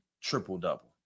triple-double